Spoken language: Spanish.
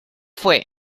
fue